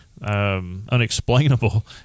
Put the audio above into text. Unexplainable